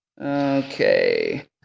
okay